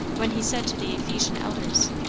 when he said to the ephesian elders,